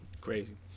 Crazy